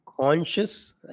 conscious